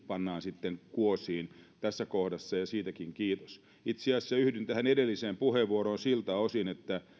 pannaan nyt kuosiin tässä kohdassa ja siitäkin kiitos itse asiassa yhdyn edelliseen puheenvuoroon siltä osin että